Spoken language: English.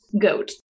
goat